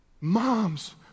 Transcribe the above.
Moms